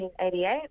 1988